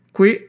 Qui